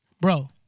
Bro